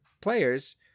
players